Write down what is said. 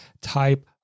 type